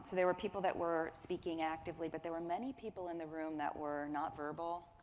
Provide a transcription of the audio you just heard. so there were people that were speaking actively. but there were many people in the room that were not verbal.